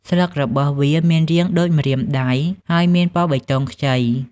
ស្លឹករបស់វាមានរាងដូចម្រាមដៃ ហើយមានពណ៌បៃតងខ្ចី។